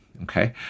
Okay